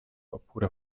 oppure